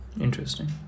Interesting